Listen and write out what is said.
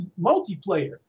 multiplayer